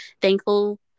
thankful